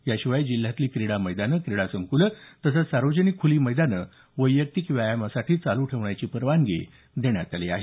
याशिवाय जिल्ह्यातली क्रीडा मैदानं क्रीडा संक्लं तसंच सार्वजनिक ख्ले मैदाने वैयक्तिक व्यायामाकरिता चालू ठेवण्याची परवानगी देण्यात आली आहे